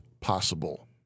possible